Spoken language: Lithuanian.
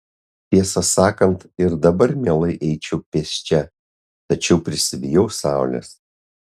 tiesą sakant ir dabar mielai eičiau pėsčia tačiau prisibijau saulės